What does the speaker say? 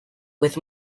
with